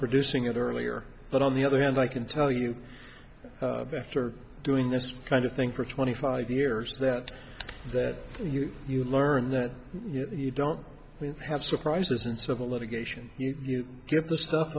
producing it earlier but on the other hand i can tell you after doing this kind of thing for twenty five years that you learn that you don't have surprises and civil litigation you get the stuff